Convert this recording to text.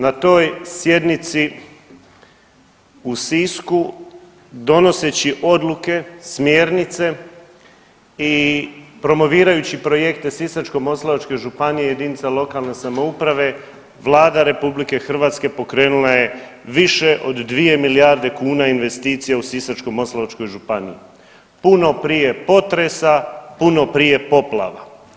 Na toj sjednici u Sisku donoseći odluke, smjernice i promovirajući projekte Sisačko-moslavačke županije, jedinica lokalne samouprave Vlada RH pokrenula je više od 2 milijarde kuna investicija u Sisačko-moslavačkoj županiji puno prije potresa, puno prije poplava.